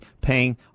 paying